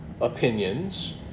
opinions